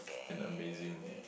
and amazing